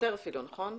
אפילו יותר, נכון?